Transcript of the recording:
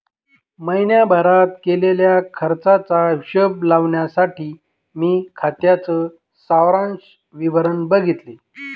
महीण्याभारत केलेल्या खर्चाचा हिशोब लावण्यासाठी मी खात्याच सारांश विवरण बघितले